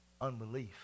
unbelief